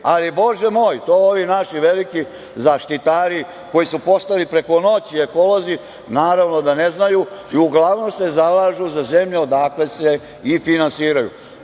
bože moj, to ovi naši veliki zaštitari koji su postali preko noći ekolozi, naravno da ne znaju. Uglavnom se zalažu za zemlju odakle se i finansiraju.